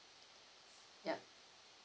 ya